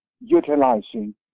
utilizing